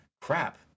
crap